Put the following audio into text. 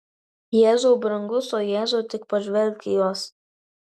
jėzau brangus o jėzau tik pažvelk į juos